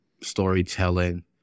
storytelling